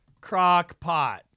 Crockpot